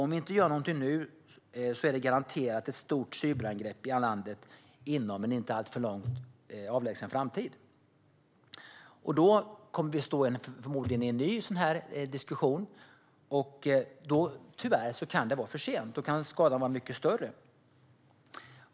Om vi inte gör någonting nu sker garanterat ett stort cyberangrepp mot det här landet inom en inte alltför avlägsen framtid. Då kommer vi förmodligen att föra en ny sådan här diskussion, men då kan det tyvärr vara för sent. Då kan skadan vara mycket större.